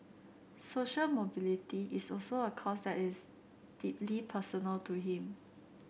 social mobility is also a cause that is deeply personal to him